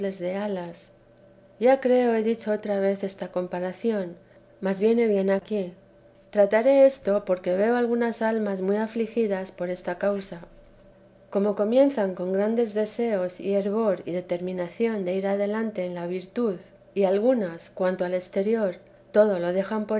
ya creo he dicho otra vez esta comparación mas viene bien aquí trataré esto porque veo algunas almas muy afligidas por esta causa como comienzan con grandes deseos y fervor y determinación de ir adelante en la virtud y algunas cuanto al exterior todo lo dejan